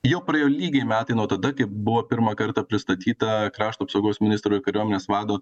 jau praėjo lygiai metai nuo tada kaip buvo pirmą kartą pristatyta krašto apsaugos ministro ir kariuomenės vado